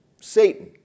Satan